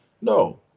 No